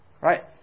right